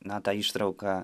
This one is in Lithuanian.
na tą ištrauką